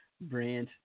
brand